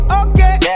okay